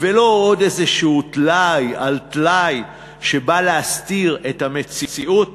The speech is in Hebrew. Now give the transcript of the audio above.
ולא עוד איזשהו טלאי על טלאי שבא להסתיר את המציאות